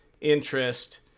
interest